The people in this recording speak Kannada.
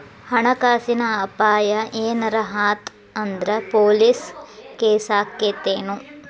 ಹಣ ಕಾಸಿನ್ ಅಪಾಯಾ ಏನರ ಆತ್ ಅಂದ್ರ ಪೊಲೇಸ್ ಕೇಸಾಕ್ಕೇತೆನು?